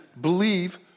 believe